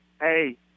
Hey